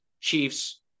Chiefs